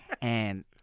and-